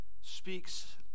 speaks